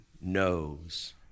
knows